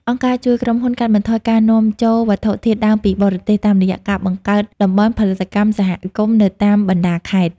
អង្គការជួយក្រុមហ៊ុនកាត់បន្ថយការនាំចូលវត្ថុធាតុដើមពីបរទេស តាមរយៈការបង្កើតតំបន់ផលិតកម្មសហគមន៍នៅតាមបណ្ដាខេត្ត។